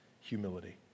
Humility